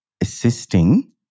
assisting